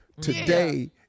Today